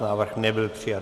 Návrh nebyl přijat.